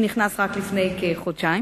הוא נכנס לתפקידו רק לפני כחודשיים,